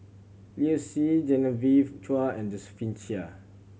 Liu Si Genevieve Chua and Josephine Chia